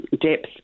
depth